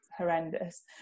horrendous